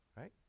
right